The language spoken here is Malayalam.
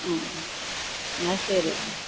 മ്മ് ഹ് എന്നാൽ ശരി